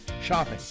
Shopping